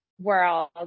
world